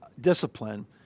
discipline